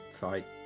fight